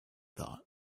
thought